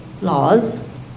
laws